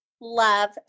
love